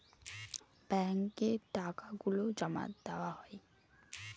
ব্যাঙ্কে টাকা গুলো জমা দেওয়া হয়